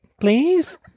please